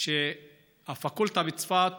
שבפקולטה בצפת